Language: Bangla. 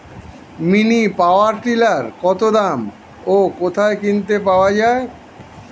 মিনি পাওয়ার টিলার কত দাম ও কোথায় কিনতে পাওয়া যায়?